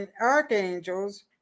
Archangels